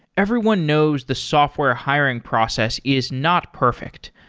everyone knows the software hiring process is not perfect.